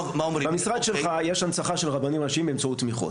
במשרד שלך יש הנצחה של רבנים ראשיים באמצעות תמיכות.